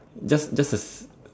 just just a